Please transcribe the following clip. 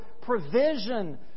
provision